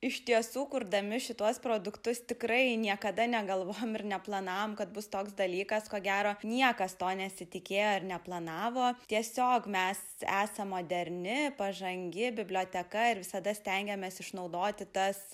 iš tiesų kurdami šituos produktus tikrai niekada negalvojom ir neplanavom kad bus toks dalykas ko gero niekas to nesitikėjo ir neplanavo tiesiog mes esam moderni pažangi biblioteka ir visada stengiamės išnaudoti tas